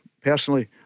personally